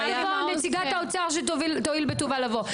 שתואיל בטובה לבוא,